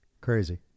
Crazy